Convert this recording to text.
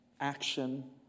action